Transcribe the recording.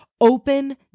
Open